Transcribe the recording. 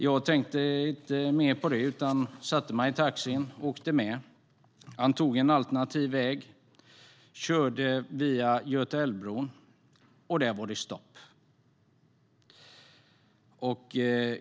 Jag tänkte inte mer på det utan satte mig i taxin och åkte med. Taxichauffören tog en alternativ väg och körde via Götaälvbron. Där var det stopp.